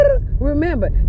remember